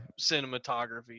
cinematography